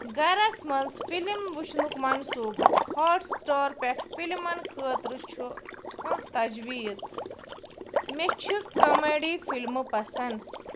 گَرَس منٛز فِلم وٕچھنُک منصوٗبہٕ ہاٹ سِٹار پٮ۪ٹھ فِلمَن خٲطرٕ چھُ کانٛہہ تجویٖز مےٚ چھِ کَمیڈی فِلمہٕ پسنٛد